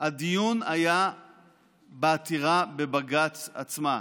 הדיון היה בעתירה לבג"ץ עצמה,